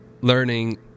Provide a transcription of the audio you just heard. learning